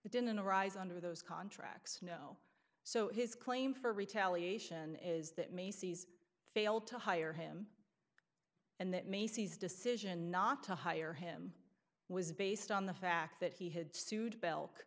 didn't arise under those contracts no so his claim for retaliation is that macy's failed to hire him and that macy's decision not to hire him was based on the fact that he had sued bel